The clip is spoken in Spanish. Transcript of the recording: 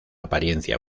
apariencia